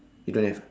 you don't have ah